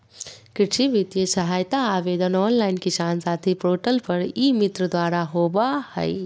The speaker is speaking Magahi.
कृषि वित्तीय सहायता आवेदन ऑनलाइन किसान साथी पोर्टल पर ई मित्र द्वारा होबा हइ